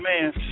man